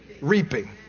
reaping